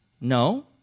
No